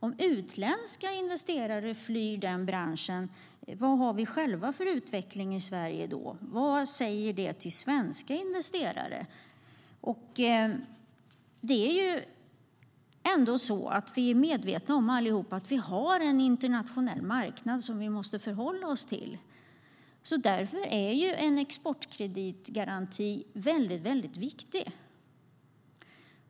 Om utländska investerare flyr branschen - vad har vi då själva för utveckling i Sverige? Vad säger det till svenska investerare? Vi är allihop medvetna om att vi har en internationell marknad som vi måste förhålla oss till. Därför är en exportkreditgaranti viktig.